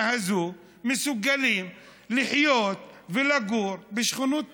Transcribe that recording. הזאת מסוגלים לחיות ולגור בשכנות טובה.